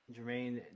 Jermaine